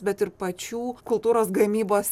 bet ir pačių kultūros gamybos